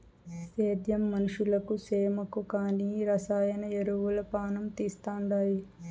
సేద్యం మనుషులకు సేమకు కానీ రసాయన ఎరువులు పానం తీస్తండాయి